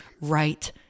right